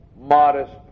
modest